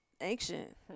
ancient